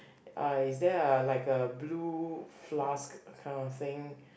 uh is there a like a blue flask kind of thing